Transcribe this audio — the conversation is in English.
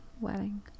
wedding